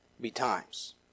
betimes